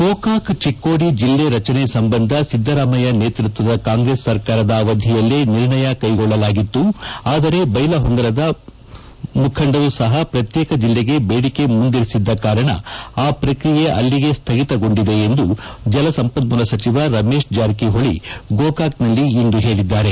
ಗೋಕಾಕ್ ಚಿಕ್ಕೋದಿ ಜಿಲ್ಲೆ ರಚನೆ ಸಂಬಂಧ ಸಿದ್ದರಾಮಯ್ಯ ನೇತೃತ್ವದ ಕಾಂಗ್ರೆಸ್ ಸರ್ಕಾರದ ಅವಧಿಯಲ್ಲೇ ನಿರ್ಣಯ ಕೈಗೊಳ್ಳಲಾಗಿತ್ತು ಆದರೆ ಬೈಲಹೊಂಗಲದ ಮುಂಖಡರು ಸಹ ಪ್ರತ್ಯೇಕ ಜಿಲ್ಲೆಗೆ ಬೇಡಿಕೆ ಮುಂದಿರಿಸಿದ್ದ ಕಾರಣ ಆ ಪ್ರಕ್ರಿಯೆ ಅಲ್ಲಿಗೆ ಸ್ವಗಿತಗೊಂಡಿದೆ ಎಂದು ಜಲಸಂಪನ್ಮೂಲ ಸಚಿವ ರಮೇಶ್ ಜಾರಕಿ ಹೊಳಿ ಗೋಕಾಕ್ನಲ್ಲಿಂದು ಹೇಳಿದ್ದಾರೆ